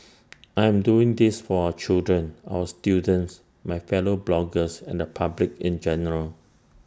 I am doing this for our children our students my fellow bloggers and the public in general